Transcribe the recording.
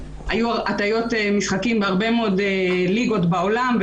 היו הטיות משחקים בהרבה מאוד ליגות בעולם,